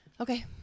Okay